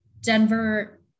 Denver